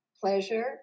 pleasure